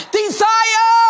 Desire